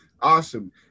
awesome